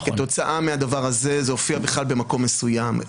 כתוצאה מהדבר הזה, זה הופיע בכלל במקום מסוים.